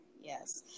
Yes